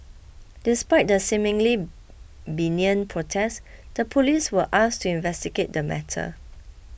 despite the seemingly benign protest the police were asked to investigate the matter